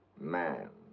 man.